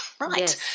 right